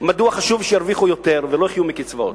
מדוע חשוב שירוויחו יותר ולא יחיו מקצבאות.